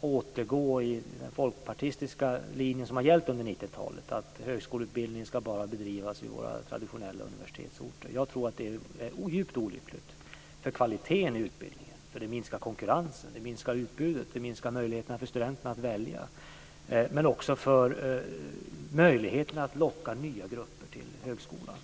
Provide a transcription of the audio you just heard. återgå till den folkpartistiska linje som har gällt under 90-talet, nämligen att högskoleutbildning bara ska bedrivas på våra traditionella universitetsorter. Jag tror att det är djupt olyckligt för kvaliteten i utbildningen. Det minskar konkurrensen, det minskar utbudet, och det minskar möjligheterna för studenterna att välja. Det minskar möjligheterna att locka nya grupper till högskolan.